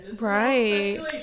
right